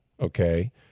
okay